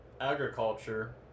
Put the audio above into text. agriculture